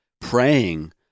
praying